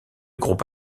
groupe